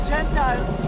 Gentiles